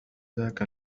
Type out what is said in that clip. ذاك